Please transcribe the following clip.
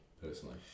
personally